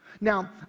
Now